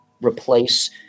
replace